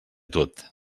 tot